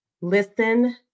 Listen